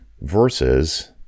versus